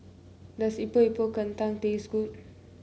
does Epok Epok Kentang taste good